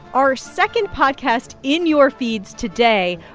our second podcast in your feeds today.